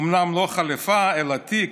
אומנם לא חליפה אלא תיק,